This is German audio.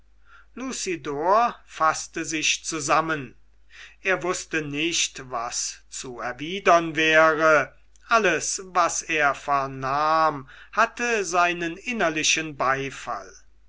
faßte sich zusammen er wußte nicht was zu erwidern wäre alles was er vernahm hatte seinen innerlichen beifall